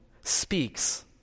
speaks